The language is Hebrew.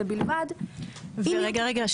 בלבד --- לימור סון הר מלך (עוצמה יהודית): רגע,